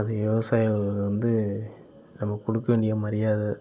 அது விவசாயிகள் வந்து நம்ம கொடுக்கவேண்டிய மரியாதை